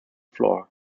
flour